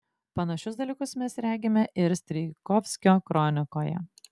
panašius dalykus mes regime ir strijkovskio kronikoje